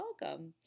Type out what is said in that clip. welcome